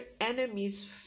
enemies